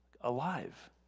alive